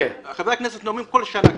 חברי הכנסת נואמים כאן כל השנה.